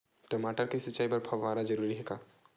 टमाटर के सिंचाई बर फव्वारा जरूरी हे का?